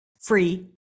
free